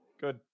Good